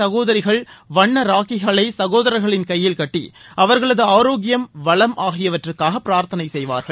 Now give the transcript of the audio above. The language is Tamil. சகோதரிகள் வண்ண ராக்கிகளை சகோதரர்களின் கையில் கட்டி அவர்களது ஆரோக்கியம் வளம் ஆகியவற்றுக்காக பிரார்த்தனை செய்வார்கள்